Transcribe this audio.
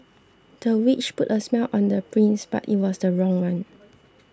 the witch put a spell on the prince but it was the wrong one